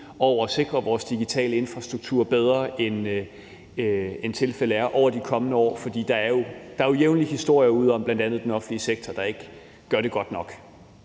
at sikre vores digitale infrastruktur bedre, end tilfældet er, over de kommende år. For der er jo jævnligt historier ude om bl.a. den offentlige sektor, der ikke gør det godt nok.